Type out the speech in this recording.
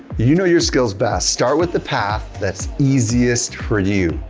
you know your skills best, start with the path that's easiest for you,